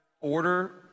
order